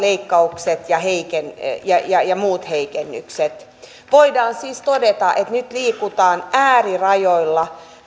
varhaiskasvatuslakia ja yliopistoihin ja ammattikorkeakouluihin kohdistuvia leikkauksia ja muita heikennyksiä voidaan siis todeta että nyt liikutaan äärirajoilla